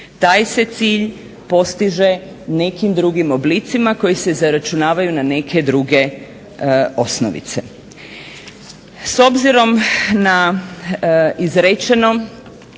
Taj se cilj postiže nekim drugim oblicima koji se zaračunavaju na neke druge osnovice. S obzirom na izrečeno